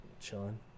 chilling